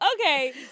okay